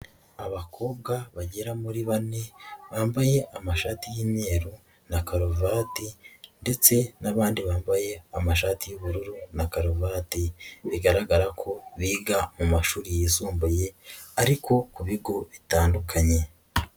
Abakobwa bagera muri bane, bambaye amashati y'imyeru na karuvati ndetse n'abandi bambaye amashati y'ubururu na karuvati, bigaragara ko biga mu mashuri yisumbuye ariko kugo bitandukanye.